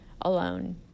alone